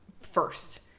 first